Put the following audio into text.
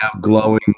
glowing